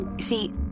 See